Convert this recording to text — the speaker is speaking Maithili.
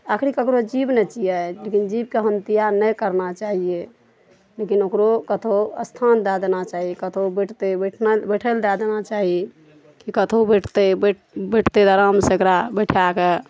आखरी ककरो जीब ने छियै लेकिन जीबके हत्या नहि करबाक चाहिए लेकिन ओकरो कतहु स्थान दऽ देबाक चाही कतहु बैसतै बैसबाक लेल दऽ देबाक चाही की कतहु बैसते बैसते तऽ आराम सऽ एकरा बैसा कऽ